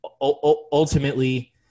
ultimately